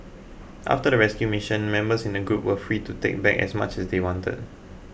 after the rescue mission members in the group were free to take back as much as they wanted